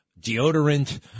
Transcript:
deodorant